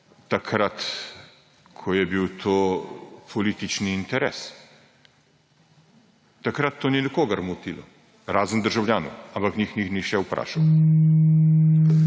takrat ko je bil to političen interes. Takrat to ni nikogar motilo, razen državljane. Ampak njih ni nihče nič vprašal.